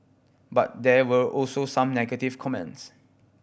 but there were also some negative comments